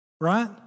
Right